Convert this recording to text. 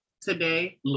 today